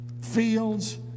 fields